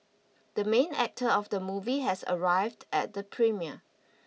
the main actor of the movie has arrived at the premiere